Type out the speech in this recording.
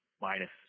minus